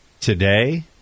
today